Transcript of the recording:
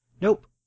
Nope